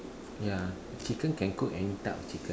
ya chicken can cook any type of chicken